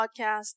Podcast